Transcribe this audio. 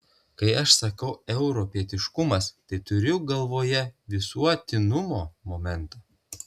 kai aš sakau europietiškumas tai turiu galvoje visuotinumo momentą